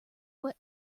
what